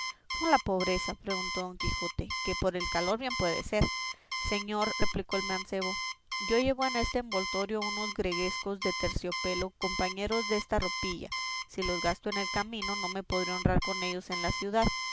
cómo la pobreza preguntó don quijote que por el calor bien puede ser señor replicó el mancebo yo llevo en este envoltorio unos greguescos de terciopelo compañeros desta ropilla si los gasto en el camino no me podré honrar con ellos en la ciudad